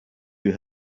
you